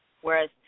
whereas